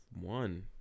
one